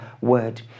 word